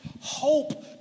Hope